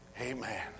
Amen